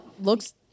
Looks